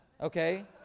Okay